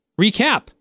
recap